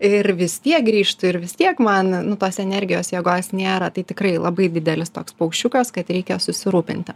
ir vis tiek grįžtu ir vis tiek man nu tos energijos jėgos nėra tai tikrai labai didelis toks paukščiukas kad reikia susirūpinti